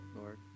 Lord